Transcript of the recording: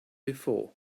before